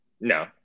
No